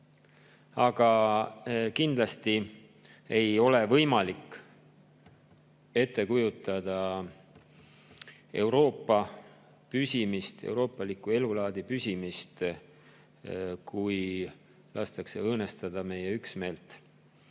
Aga kindlasti ei ole võimalik ette kujutada Euroopa püsimist, euroopaliku elulaadi püsimist, kui Vene agressoril lastakse õõnestada meie üksmeelt.